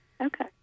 Okay